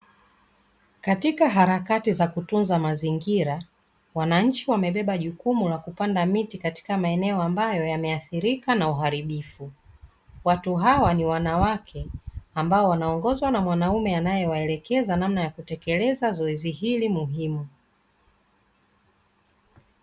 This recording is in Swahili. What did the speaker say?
Katika harakati za kutunza mazingira, wananchi wamebeba jukumu la kupanda miti katika maeneo ambayo yameathirika na uharibifu. Watu hawa ni wanawake; ambao wanaongozwa na mwanamume anayewaelekeza namna ya kutekeleza zoezi hili muhimu.